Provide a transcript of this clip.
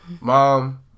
mom